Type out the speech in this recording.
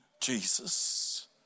Jesus